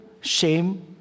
shame